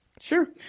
Sure